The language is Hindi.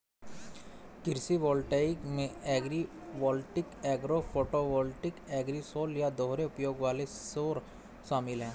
कृषि वोल्टेइक में एग्रीवोल्टिक एग्रो फोटोवोल्टिक एग्रीसोल या दोहरे उपयोग वाले सौर शामिल है